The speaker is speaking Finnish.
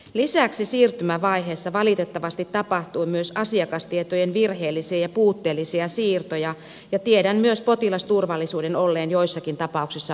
lisäksi siirtymävaiheessa valitettavasti tapahtui myös asiakastietojen virheellisiä ja puutteellisia siirtoja ja tiedän myös potilasturvallisuuden olleen joissakin tapauksissa uhattuna